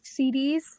cds